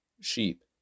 sheep